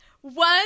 One